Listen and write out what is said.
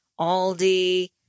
aldi